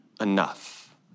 enough